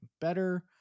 better